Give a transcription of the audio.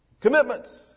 commitments